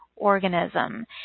organism